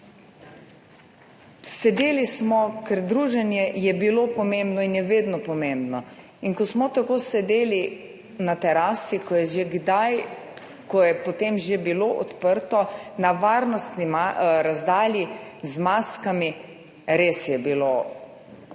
Sedeli smo, ker druženje je bilo pomembno in je vedno pomembno. In ko smo tako sedeli na terasi, ko je potem že bilo odprto, na varnostni razdalji z maskami – res je bilo, komično